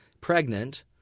pregnant